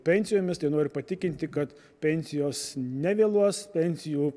pensijomis tai noriu patikinti kad pensijos nevėluos pensijų